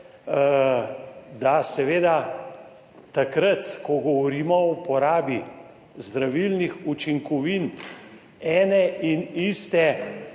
Da, seveda takrat, ko govorimo o uporabi zdravilnih učinkovin ene in iste